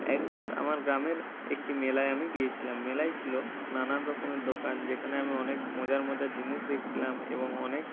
একবার আমার গ্রামের একটি মেলায় আমি গিয়েছিলাম মেলায় ছিলো নানান রকমের দোকান যেখানে আমি অনেক মজার মজার জিনিস দেখছিলাম এবং অনেক